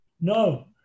No